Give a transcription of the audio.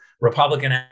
Republican